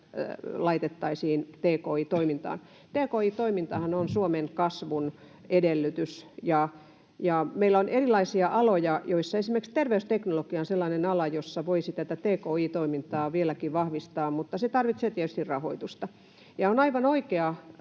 laitettaisiin tki-toimintaan. Tki-toimintahan on Suomen kasvun edellytys, ja meillä on erilaisia aloja, esimerkiksi terveysteknologia on sellainen ala, jolla voisi tki-toimintaa vieläkin vahvistaa, mutta se tarvitsee tietysti rahoitusta. On aivan oikea